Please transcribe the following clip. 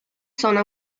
sono